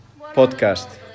podcast